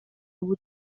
بود